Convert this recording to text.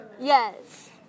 yes